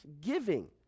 giving